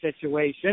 situation